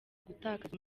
gutakaza